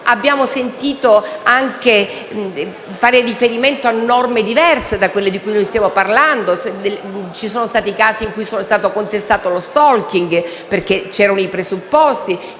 Abbiamo sentito anche fare riferimento a norme diverse da quelle di cui stiamo parlando. Ci sono stati casi in cui sono stati contestati lo *stalking* e le estorsioni perché c'erano i presupposti.